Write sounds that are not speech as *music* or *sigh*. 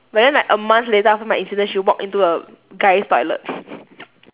but then like a month later after my incident she walk into a guy's toilet *laughs*